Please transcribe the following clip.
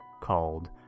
called